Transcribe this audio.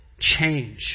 change